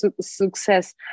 success